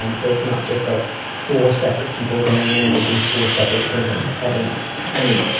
um so it's not just like four separate people going in and making four separate dinners every night i mean,